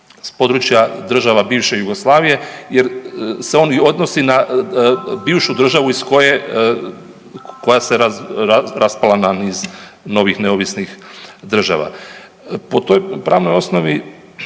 s područja država bivše Jugoslavije jer se on i odnosi na bivšu državu iz koje, koja se raspala na niz novih neovisnih država. Po toj pravnoj osnovi